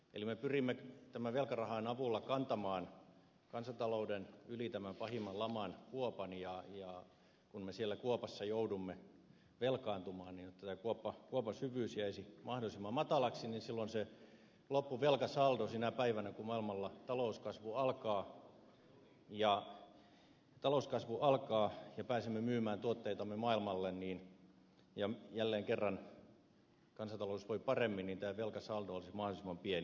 eli me pyrimme tämän velkarahan avulla kantamaan kansantalouden yli tämän pahimman laman kuopan ja kun me siellä kuopassa joudumme velkaantumaan niin jotta kuopan syvyys jäisi mahdollisimman matalaksi silloin se loppuvelkasaldo sinä päivänä kun maailmalla talouskasvu alkaa ja pääsemme myymään tuotteitamme maailmalle ja jälleen kerran kansantalous voi paremmin olisi mahdollisimman pieni